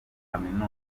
kaminuza